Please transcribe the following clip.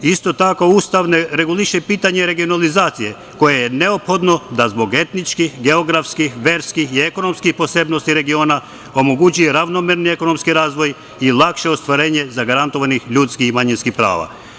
Isto tako, Ustav ne reguliše pitanje regionalizacije, koje je neophodno da zbog etničkih, geografskih, verskih i ekonomskih posebnosti regiona omogući ravnomerne ekonomski razvoj i lakše ostvarenje zagarantovanih ljudskih i manjinskih prava.